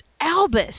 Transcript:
Albus